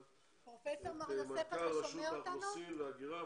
את מנכ"ל רשות האוכלוסין וההגירה,